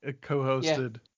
co-hosted